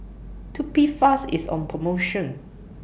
Tubifast IS on promotion